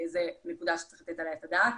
זו נקודה שצריך לתת עליה את הדעת.